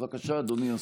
בבקשה, אדוני השר.